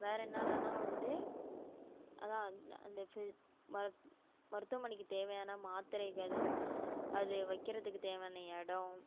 வேற என்னான்னன்னா வந்து அதுதான் அந்த மருத்துவமனைக்கு தேவையான மாத்திரைகள் அது வைக்கிறதுக்கு தேவையான இடம்